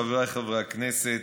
חבריי חברי הכנסת,